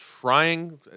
trying